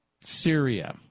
Syria